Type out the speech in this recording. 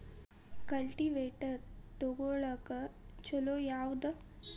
Cultivator ತೊಗೊಳಕ್ಕ ಛಲೋ ಯಾವದ?